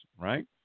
right